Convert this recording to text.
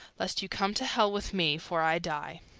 lest you come to hell with me, for i die.